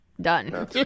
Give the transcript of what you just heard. done